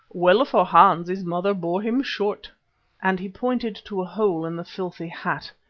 well for hans his mother bore him short and he pointed to a hole in the filthy hat.